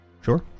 sure